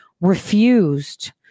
refused